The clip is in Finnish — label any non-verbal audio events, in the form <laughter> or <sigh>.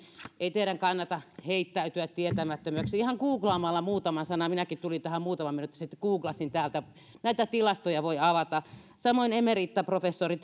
ei teidän kannata heittäytyä tietämättömäksi ihan googlaamalla muutama sana minäkin tulin tähän muutama minuutti sitten ja googlasin täältä näitä tilastoja voi avata samoin emeritaprofessori <unintelligible>